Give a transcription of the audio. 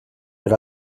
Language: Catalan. per